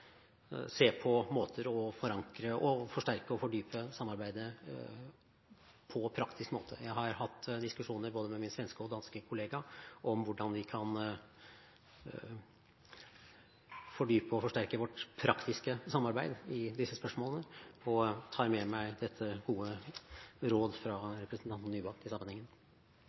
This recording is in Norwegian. se på måter å forankre, forsterke og fordype samarbeidet på på praktisk måte. Jeg har hatt diskusjoner med både min svenske og min danske kollega om hvordan vi kan fordype og forsterke vårt praktiske samarbeid i disse spørsmålene og tar med meg dette gode råd fra representanten Nybakk i sammenhengen.